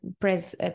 press